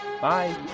bye